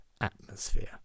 atmosphere